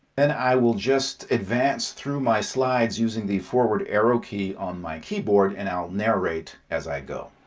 and i will just advance through my slides using the forward arrow key on my keyboard and i'll narrate as i go.